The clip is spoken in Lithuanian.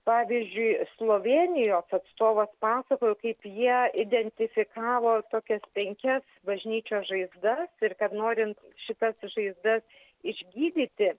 pavyzdžiui slovėnijos atstovas pasakojo kaip jie identifikavo tokias penkias bažnyčios žaizdas ir kad norint šitas žaizdas išgydyti